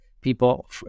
people